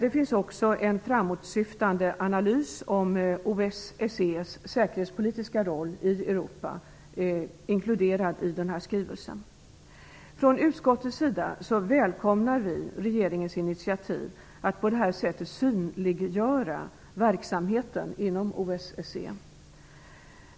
En framåtsyftande analys om OSSE:s säkerhetspolitiska roll i Europa är också inkluderad i den här skrivelsen. Utskottet välkomnar regeringens initiativ att på det här sättet synliggöra verksamheten inom OSSE.